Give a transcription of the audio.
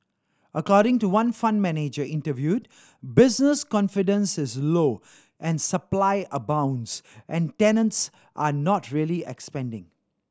according to one fund manager interviewed business confidence is low and supply abounds and tenants are not really expanding